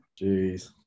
Jeez